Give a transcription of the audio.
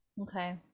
Okay